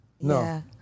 No